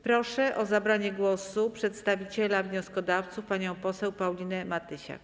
Proszę o zabranie głosu przedstawiciela wnioskodawców panią poseł Paulinę Matysiak.